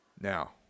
Now